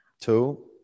Two